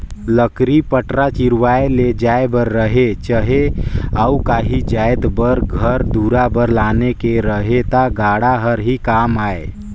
लकरी पटरा चिरवाए ले जाए बर रहें चहे अउ काही जाएत घर दुरा बर लाने ले रहे ता गाड़ा हर ही काम आए